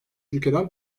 ülkeden